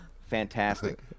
fantastic